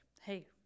hey